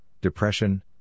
depression